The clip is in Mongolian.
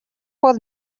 бүр